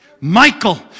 Michael